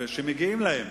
שמגיעים להן.